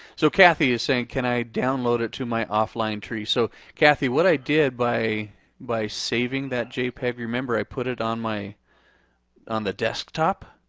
so cathy is saying, can i download it to my offline tree. so cathy what i did by by saving that jpeg, remember i put it on my on the desktop.